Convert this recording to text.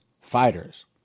fighters